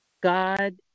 God